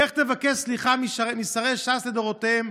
לך תבקש סליחה משרי ש"ס לדורותיהם,